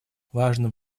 важным